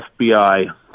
FBI